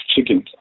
chickens